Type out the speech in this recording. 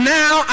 now